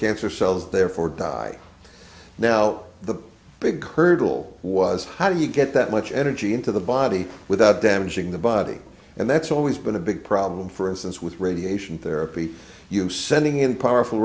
cancer cells therefore die now the big hurdle was how do you get that much energy into the body without damaging the body and that's always been a big problem for instance with radiation therapy you sending in powerful